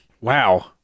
wow